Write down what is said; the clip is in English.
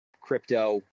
crypto